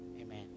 Amen